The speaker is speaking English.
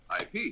IP